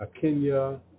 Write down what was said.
Kenya